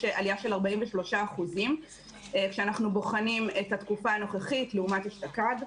יש עלייה של 43% כשאנחנו בוחנים את התקופה הנוכחית לעומת אשתקד.